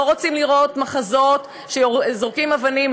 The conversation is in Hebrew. לא רוצים לראות מחזות שזורקים אבנים,